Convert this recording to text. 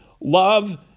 Love